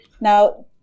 Now